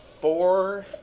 four